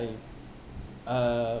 uh